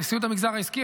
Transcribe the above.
נשיאות המגזר העסקי,